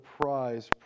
prize